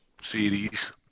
series